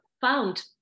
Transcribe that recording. found